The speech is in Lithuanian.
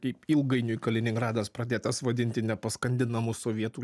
kaip ilgainiui kaliningradas pradėtas vadinti nepaskandinamu sovietų